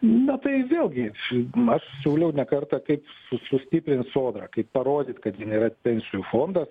na tai vėlgi aš siūliau ne kartą kaip susvarstyti sodrą kaip parodyt kad ji nėra pensijų fondo